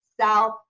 south